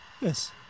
Yes